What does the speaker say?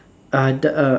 uh the uh